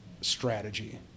strategy